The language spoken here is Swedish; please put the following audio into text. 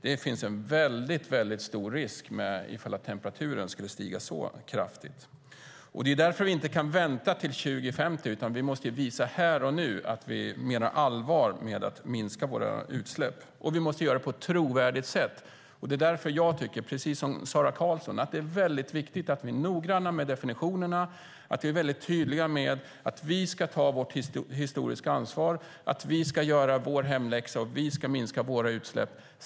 Det finns en väldigt stor risk ifall temperaturen skulle stiga så kraftigt. Det är därför vi inte kan vänta till 2050, utan vi måste visa här och nu att vi menar allvar med att minska våra utsläpp. Och vi måste göra det på ett trovärdigt sätt. Det är därför jag tycker, precis som Sara Karlsson, att det är viktigt att vi är noggranna med definitionerna, att vi är tydliga med att vi ska ta vårt historiska ansvar, att vi ska göra vår hemläxa och att vi ska minska våra utsläpp.